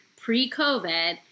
pre-COVID